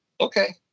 okay